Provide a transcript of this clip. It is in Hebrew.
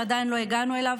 שעדיין לא הגענו אליו,